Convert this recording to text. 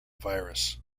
virus